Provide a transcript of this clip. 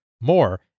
More